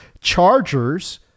Chargers